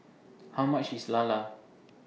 How much IS Lala